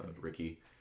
Ricky